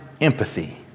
empathy